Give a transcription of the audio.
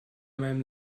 meinem